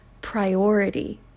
priority